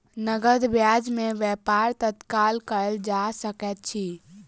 नकद बजार में व्यापार तत्काल कएल जा सकैत अछि